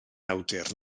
awdur